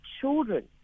children